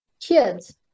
kids